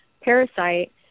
parasite